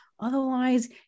Otherwise